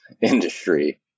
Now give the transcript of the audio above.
industry